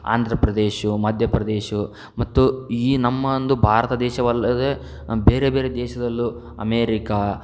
ಆಂಧ್ರಪ್ರದೇಶ ಮಧ್ಯಪ್ರದೇಶ ಮತ್ತು ಈ ನಮ್ಮ ಒಂದು ಭಾರತ ದೇಶವಲ್ಲದೇ ಬೇರೆ ಬೇರೆ ದೇಶದಲ್ಲೂ ಅಮೇರಿಕಾ